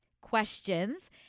questions